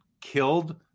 killed